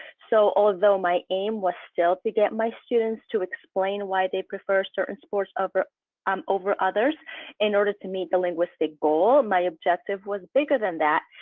so although my aim was still to get my students to explain why they prefer certain sports over um over others in order to meet the linguistic goal, my objective was bigger than that,